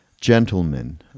gentlemen